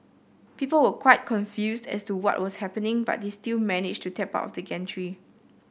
people were quite confused as to what was happening but they still managed to tap out of the gantry